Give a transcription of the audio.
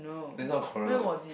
that's not quarrel